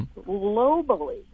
globally